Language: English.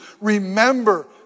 Remember